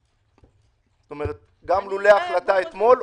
זאת אומרת: גם לולא ההחלטה אתמול,